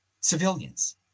civilians